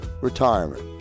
retirement